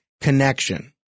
connection